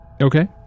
Okay